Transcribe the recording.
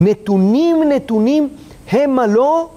‫נתונים נתונים הם הלא...